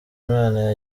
imana